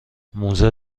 موزه